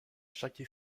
chaque